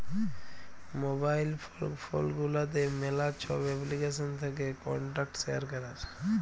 mobile phone গুলাতে ম্যালা ছব এপ্লিকেশল থ্যাকে কল্টাক্ট শেয়ার ক্যরার